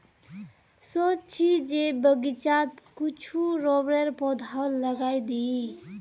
सोच छि जे बगीचात कुछू रबरेर पौधाओ लगइ दी